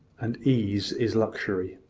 and ease is luxury.